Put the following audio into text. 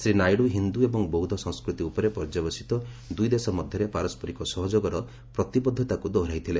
ଶ୍ରୀ ନାଇଡୁ ହିନ୍ଦୁ ଏବଂ ବୌଦ୍ଧ ସଂସ୍କୃତି ଉପରେ ପର୍ଯ୍ୟବେସିତ ଦୁଇଦେଶ ମଧ୍ୟରେ ପାରସ୍କରିକ ସହଯୋଗର ପ୍ରତିବଦ୍ଧତାକୁ ଦୋହରାଇଥିଲେ